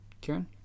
Kieran